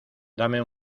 dame